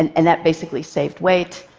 and and that basically saved weight.